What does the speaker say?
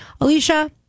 Alicia